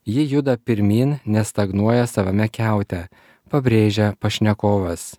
ji juda pirmyn nestagnuoja savame kiaute pabrėžia pašnekovas